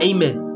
Amen